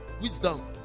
wisdom